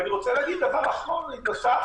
דבר אחרון ונוסף